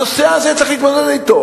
הנושא הזה, צריך להתמודד אתו.